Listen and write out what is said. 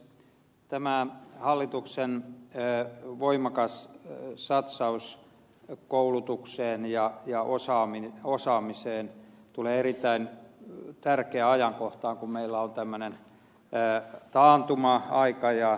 tämä hallituksen voimakas satsaus koulutukseen ja osaamiseen tulee erittäin tärkeään ajankohtaan kun meillä on tämmöinen taantuma aika